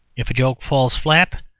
if a joke falls flat,